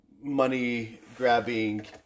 money-grabbing